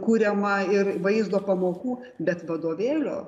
kuriama ir vaizdo pamokų bet vadovėlio